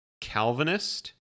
Calvinist